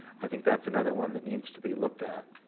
i think that's another one that needs to be looked at.